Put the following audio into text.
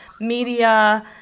media